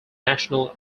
national